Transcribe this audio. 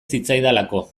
zitzaidalako